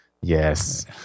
Yes